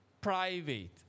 private